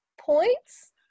Points